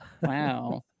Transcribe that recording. wow